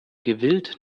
gewillt